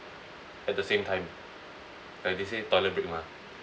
at the same time like they say toilet break mah